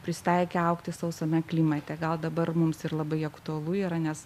prisitaikę augti sausame klimate gal dabar mums ir labai aktualu yra nes